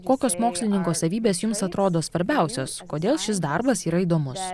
kokios mokslininko savybės jums atrodo svarbiausios kodėl šis darbas yra įdomus